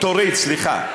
תוריד, סליחה.